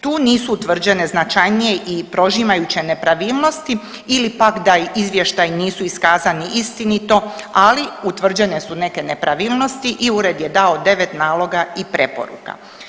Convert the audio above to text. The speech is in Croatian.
Tu nisu utvrđene značajnije i prožimajuće nepravilnosti ili pak da izvještaji nisu iskazani istinito, ali utvrđene su neke nepravilnosti i ured je dao 9 naloga i preporuka.